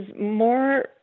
more